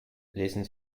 lesen